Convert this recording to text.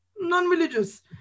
non-religious